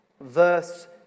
verse